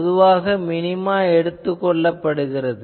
பொதுவாக மினிமா எடுத்துக் கொள்ளப்படுகிறது